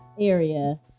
area